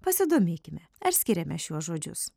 pasidomėkime ar skiriame šiuos žodžius